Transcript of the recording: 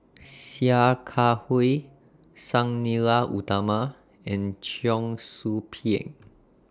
Sia Kah Hui Sang Nila Utama and Cheong Soo Pieng